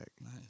Nice